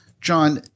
John